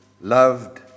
loved